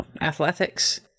athletics